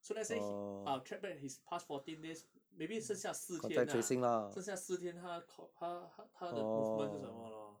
so let's say he I'll track back his past fourteen days maybe 剩下四天啊剩下四天他 co~ 他他的 movement 是什么 lor